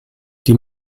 die